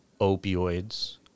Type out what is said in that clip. opioids